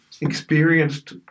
experienced